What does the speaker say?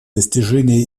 достижение